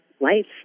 life